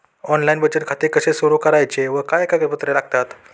Online बचत खाते कसे सुरू करायचे व काय कागदपत्रे लागतात?